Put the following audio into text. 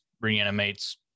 reanimates